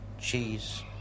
cheese